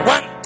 One